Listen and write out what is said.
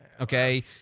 okay